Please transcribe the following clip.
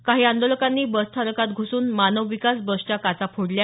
काही आंदोलकांनी बस स्थानकात घुसून मानव विकास बसच्या काचा फोडल्या